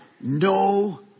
no